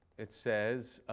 it says